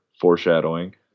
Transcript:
foreshadowing